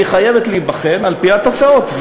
והיא חייבת להיבחן על-פי התוצאות,